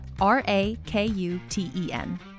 R-A-K-U-T-E-N